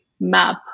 map